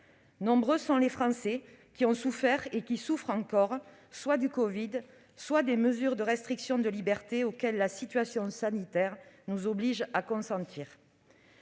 Nombreux sont les Français qui ont souffert et qui souffrent encore, soit du covid-19, soit des mesures de restriction de libertés auxquelles la situation sanitaire nous oblige à consentir.